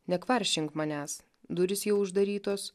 nekvaršink manęs durys jau uždarytos